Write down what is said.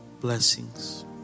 blessings